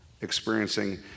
experiencing